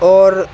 और